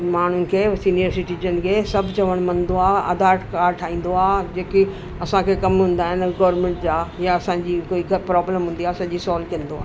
माण्हुनि खे senior citizen खे सभु चवणु मञींदो आहे आधार कार्ड ठाहींदो आहे जेके असांखे कमु हूंदा आहिनि गोरमेंट जा या असांजी कोई प्रॉब्लम हूंदी आहे सॼी सॉल्व कंदो आहे